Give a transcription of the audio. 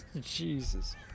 Jesus